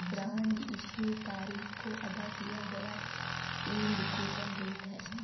bond issue तारीख को अदा किया गया यील्ड कूपन रेट है